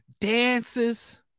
dances